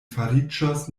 fariĝos